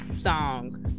song